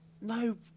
No